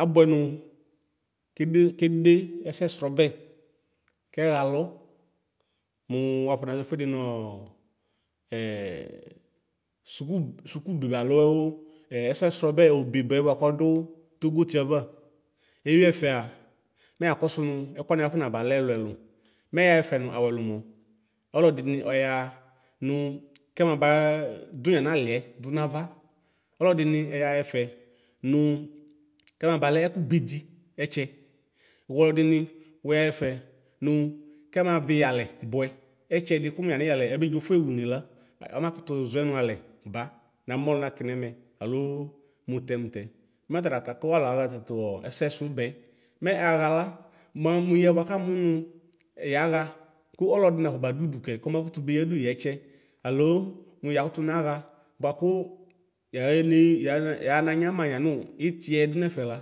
Abʋɛ nʋ kede ɛsɛsrɔbɛ kɛxalɔ mʋ wafɔ nazɔ ɛfʋɛdi nʋ sʋkʋ sʋkʋbeba alʋ ɛsɛsrɔbɛ obebɛ bʋakʋ dʋ togotieva ewi ɛfʋa mɛyakɔsʋ nʋ ɛkʋ wani akanabalɛ ɛlʋ ɛlʋ mɛ ɛyaxɛfɛ nawʋɛ lʋmɔ ɔlɔdini ɔyaxa nʋ kɛmaba dʋ yamaliɛ dʋ nava ɔlɔdini ɛyaxa ɛfɛ nʋ nʋ kɔmabalɛ ɛkʋbedi ɛtsɛ wʋ alʋɛdini wuyaxa ɛfɛ nʋ kɛmavi iyalɛ bʋɛ ɛtsɛdi kʋmʋ yini yalɛ abedzo fʋexa ʋnela ɔnxakʋtʋ zɔɛ nalɛ ba namɔlʋna kɛ nɛmɛ alo mʋtɛ mʋtɛ matala kakʋ alʋ axa tatʋ ɛsɛsʋbɛ mɛ axala ma mʋ yɛ bʋakamʋ nʋ ɛyaxa kʋ ɔlɔdi nafɔ badʋ ʋdʋkɛ kɔnakʋtʋ beya dʋyɛ ɛtsɛ alo mʋ yakʋtʋ naxa bʋakʋ yaxane yanaxa nanyama yanʋ itiɛ dʋ nɛfɛ la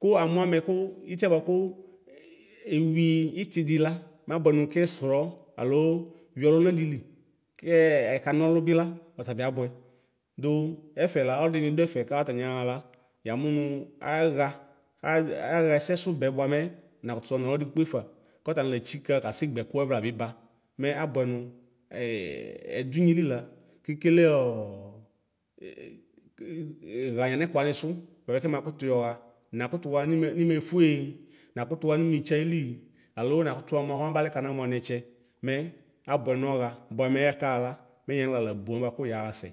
kʋ mʋ amɛ kʋ itiɛ bʋakʋ ewi itidita mabʋɛ nʋ kɛsrɔ alo alo wi ɔlʋna dili kɛ akanɔlʋ bila ɔtabi abʋɛ dʋ ɛfɛla ɔlɔdini dʋ ɛfɛ katani axa la yamʋ nʋ axɛsʋbɛ bʋa mɛ nakʋtʋ ɔnɔlʋ dikpekpe fa kɔtani letsika kasɛ gba ɛkʋ ɛvlabi ba mɛ abʋɛ nʋ ɛdʋ inyeli la kekele xaya nɛkʋ wani sʋ bʋamɛ kɔmakʋtʋ yɔxa nakʋtʋxa nimefʋe nakʋtʋxa nimetsi ayili alo nakʋtʋxa mʋa ɔmabalɛ kana mʋani ɛtsɛ mɛ abʋɛ nɔxa bʋamɛ kaxala mɛ yanixla bʋ alɛ bʋakʋ yanasɛ.